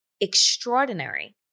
extraordinary